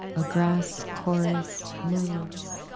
a grass chorus moves.